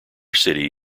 city